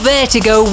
Vertigo